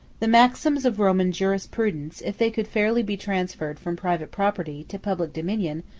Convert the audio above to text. the maxims of roman jurisprudence, if they could fairly be transferred from private property to public dominion,